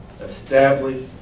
establish